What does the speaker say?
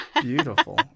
beautiful